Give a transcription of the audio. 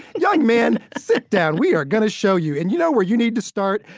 young man, sit down. we are going to show you. and you know where you need to start,